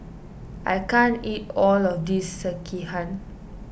I can't eat all of this Sekihan